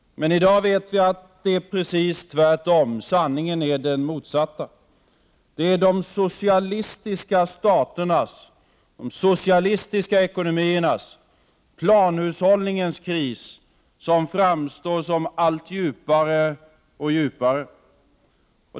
I dag vet vi att det är precis tvärtom. Sanningen är den motsatta. Det är de socialistiska staternas, de socialistiska ekonomiernas, planhushållningens kris, som framstår som allt djupare.